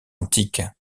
antique